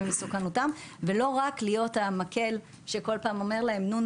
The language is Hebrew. ממסוכנותם ולא רק להיות המקל שכל פעם אומר להם נו,